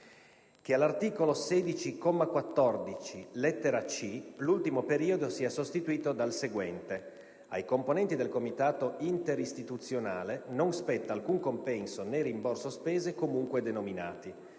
che all'articolo 16, comma 14, lettera *c)*, l'ultimo periodo sia sostituito dal seguente: "Ai componenti del comitato interistituzionale non spetta alcun compenso né rimborso spese comunque denominati.